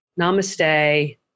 namaste